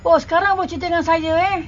oh sekarang awak cerita dengan saya eh